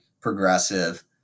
progressive